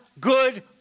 good